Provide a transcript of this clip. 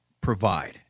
provide